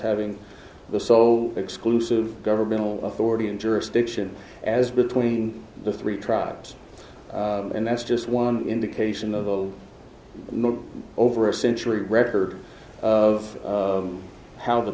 having the so exclusive governmental authority and jurisdiction as between the three tribes and that's just one indication of over a century record of how the